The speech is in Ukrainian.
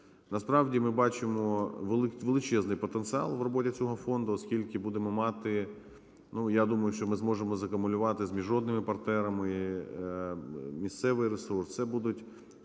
Насправді ми бачимо величезний потенціал в робі цього фонду, оскільки будемо мати, ну, я думаю, що ми зможемозакумулювати з міжнародними партнерами місцевий ресурс.